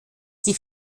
die